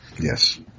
Yes